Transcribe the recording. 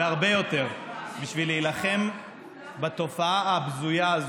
והרבה יותר, בשביל להילחם בתופעה הבזויה הזאת,